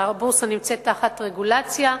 והבורסה נמצאת תחת רגולציה,